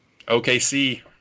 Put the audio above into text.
OKC